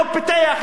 לא פיתח,